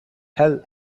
hell